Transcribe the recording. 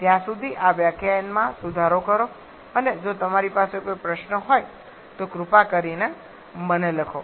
ત્યાં સુધી આ વ્યાખ્યાનમાં સુધારો કરો અને જો તમારી પાસે કોઈ પ્રશ્ન હોય તો કૃપા કરીને મને લખો